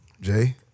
Jay